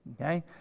Okay